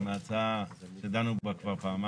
אני מבקש לא לבלבל את זה עם ההצעה שדנו בה כבר פעמיים.